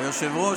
היושב-ראש,